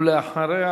ואחריה,